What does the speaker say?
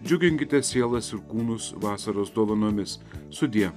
džiuginkite sielas ir kūnus vasaros dovanomis sudie